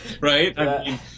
Right